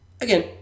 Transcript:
again